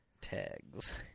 tags